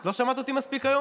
לא שומעים.